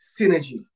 synergy